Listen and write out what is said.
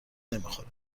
نمیخوره